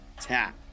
Tap